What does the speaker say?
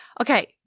Okay